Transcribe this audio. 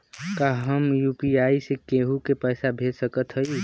का हम यू.पी.आई से केहू के पैसा भेज सकत हई?